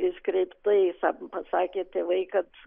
iškreiptai pasakė tėvai kad